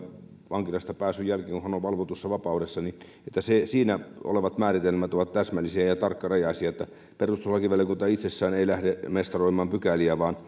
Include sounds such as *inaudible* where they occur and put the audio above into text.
vankilasta pääsyn jälkeen kun hän on valvotussa vapaudessa niin siinä olevat määritelmät ovat täsmällisiä ja tarkkarajaisia perustuslakivaliokunta itsessään ei lähde mestaroimaan pykäliä vaan *unintelligible*